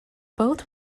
both